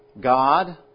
God